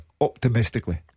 optimistically